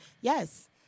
yes